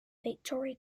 victoria